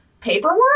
paperwork